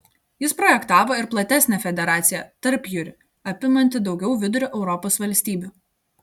jis projektavo ir platesnę federaciją tarpjūrį apimantį daugiau vidurio europos valstybių